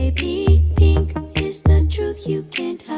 baby. pink is the truth you can't hide.